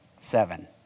seven